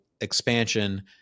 expansion